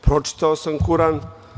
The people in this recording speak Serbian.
Pročitao sam Kuran.